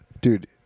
dude